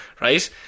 right